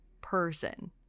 person